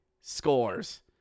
scores